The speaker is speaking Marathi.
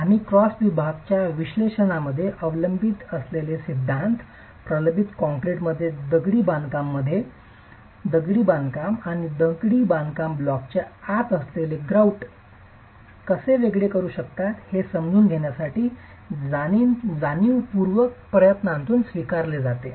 आम्ही क्रॉस विभाग च्या विश्लेषणामध्ये अवलंबलेले सिद्धांत प्रबलित कंक्रीटमध्ये दगडी बांधकाम मध्ये दगडी बांधकाम आणि दगडी बांधकाम ब्लॉकच्या आत असलेले ग्रॉउट कसे वेगळे कार्य करू शकतात हे समजून घेण्यासाठी जाणीवपूर्वक प्रयत्नातून स्वीकारले जाते